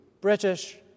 British